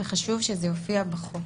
וחשוב שזה יופיע בחוק.